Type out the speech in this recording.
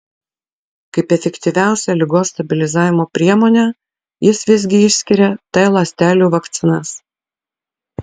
kaip efektyviausią ligos stabilizavimo priemonę jis visgi išskiria t ląstelių vakcinas